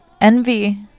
envy